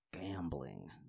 gambling